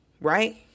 right